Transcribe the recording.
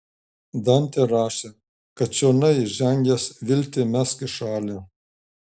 dantė rašė kad čionai įžengęs viltį mesk į šalį